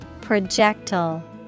Projectile